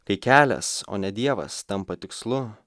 kai kelias o ne dievas tampa tikslu